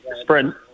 sprint